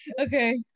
Okay